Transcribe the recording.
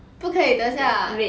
不可以等一下